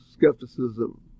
skepticism